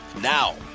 Now